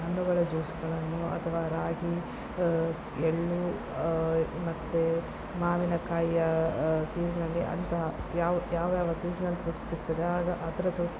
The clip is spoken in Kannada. ಹಣ್ಣುಗಳ ಜ್ಯೂಸ್ಗಳನ್ನು ಅಥವಾ ರಾಗಿ ಎಳ್ಳು ಮತ್ತು ಮಾವಿನಕಾಯಿಯ ಸೀಸನ್ನಲ್ಲಿ ಅಂತಹ ಯಾವ್ ಯಾವ್ಯಾವ ಸೀಸನಲ್ ಫ್ರೂಟ್ಸ್ ಸಿಕ್ತದೋ ಆಗ ಅದರದ್ದು